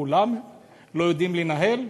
כולן לא יודעות לנהל?